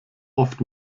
oft